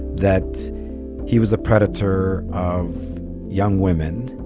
that he was a predator of young women,